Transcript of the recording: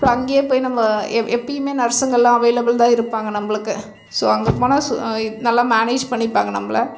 so அங்கேயே போய் நம்ம எ எப்பயுமே நர்ஸுங்கள்லாம் அவைலபிள் தான் இருப்பாங்கள் நம்மளுக்கு ஸோ அங்கே போனால் சு நல்லா மேனேஜ் பண்ணிப்பாங்கள் நம்மள